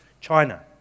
China